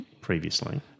previously